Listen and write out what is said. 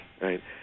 right